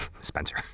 spencer